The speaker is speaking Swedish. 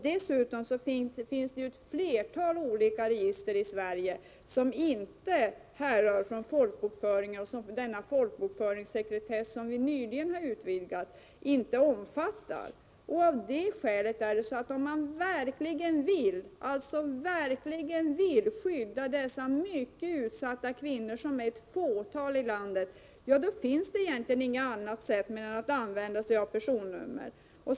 Dessutom finns det ett flertal olika register i Sverige som inte härrör från folkbokföringen och inte omfattas av den folkbokföringssekretess som nyligen utvidgats. Av det skälet kan man inte, om man verkligen vill skydda dessa mycket utsatta kvinnor, som är ett fåtal i landet, använda sig av något annat än personnummer.